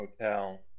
hotel